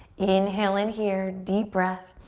inhale in here. deep breath.